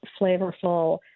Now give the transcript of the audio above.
flavorful